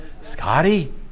Scotty